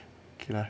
okay lah